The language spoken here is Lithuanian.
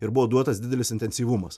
ir buvo duotas didelis intensyvumas